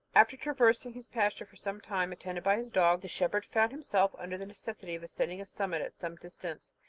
after traversing his pasture for some time, attended by his dog, the shepherd found himself under the necessity of ascending a summit at some distance,